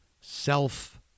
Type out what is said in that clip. self